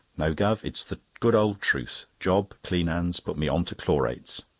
no, guv, it's the good old truth job cleanands put me on to chlorates.